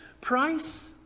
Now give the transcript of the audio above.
price